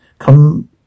Come